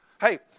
Hey